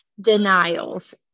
denials